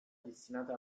destinate